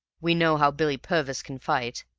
we know how billy purvis can fight.